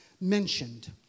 mentioned